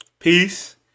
Peace